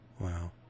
Wow